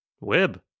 web